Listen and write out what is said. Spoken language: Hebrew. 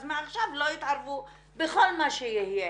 אז מעכשיו לא יתערבו ברכל מה שיהיה.